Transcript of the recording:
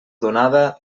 donada